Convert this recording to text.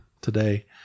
today